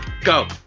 Go